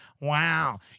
Wow